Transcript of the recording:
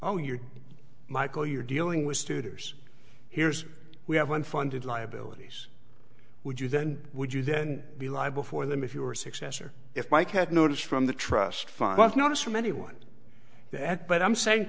oh you're michael you're dealing with students here's we have unfunded liabilities would you then would you then be liable for them if your successor if mike had notice from the trust fund notice from anyone that but i'm saying